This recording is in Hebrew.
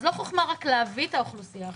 אז לא חוכמה רק להביא את האוכלוסייה החזקה.